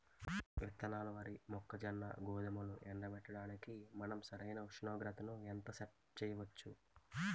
విత్తనాలు వరి, మొక్కజొన్న, గోధుమలు ఎండబెట్టడానికి మనం సరైన ఉష్ణోగ్రతను ఎంత సెట్ చేయవచ్చు?